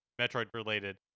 Metroid-related